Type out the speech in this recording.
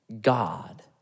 God